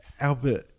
Albert